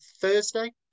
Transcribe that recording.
thursday